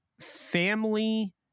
family